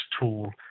tool